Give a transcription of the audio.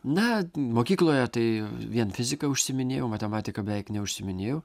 na mokykloje tai vien fizika užsiiminėjau matematika beveik neužsiiminėjau